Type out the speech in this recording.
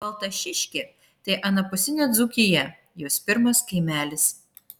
baltašiškė tai anapusinė dzūkija jos pirmas kaimelis